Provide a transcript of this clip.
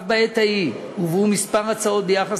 אף בעת ההיא הובאו כמה הצעות ביחס